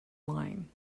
line